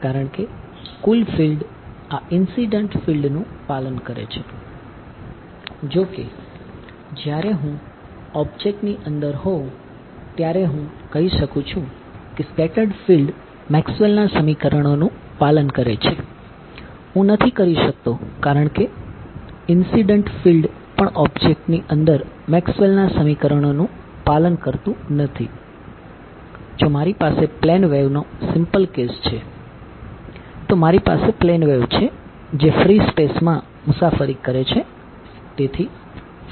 જો કે જ્યારે હું ઑબ્જેક્ટની અંદર હોઉં ત્યારે હું કહી શકું છું કે સ્કેટર્ડ માં મુસાફરી કરે છે